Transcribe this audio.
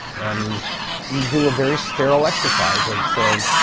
and you do a very sterile exercise of saying,